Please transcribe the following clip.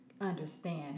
understand